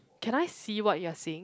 can I see what you are seeing